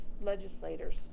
legislators